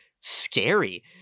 scary